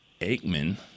aikman